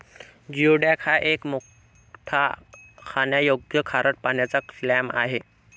geoduck हा एक मोठा खाण्यायोग्य खारट पाण्याचा क्लॅम आहे